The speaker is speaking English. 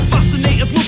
Fascinated